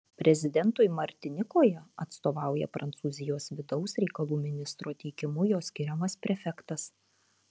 prezidentui martinikoje atstovauja prancūzijos vidaus reikalų ministro teikimu jo skiriamas prefektas